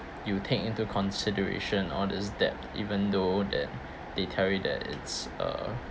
you take into consideration all these that even though that they tell you that it's uh